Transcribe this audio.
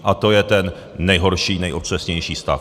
A to je ten nejhorší, nejotřesnější stav.